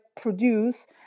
produce